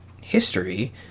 history